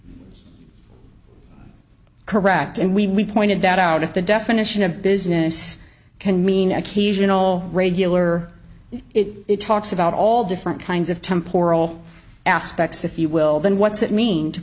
clearly correct and we pointed that out if the definition of business can mean occasional regular it talks about all different kinds of tempore all aspects if you will then what's it mean to